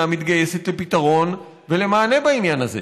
מתגייסת לפתרון ולמענה בעניין הזה,